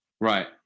right